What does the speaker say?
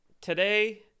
today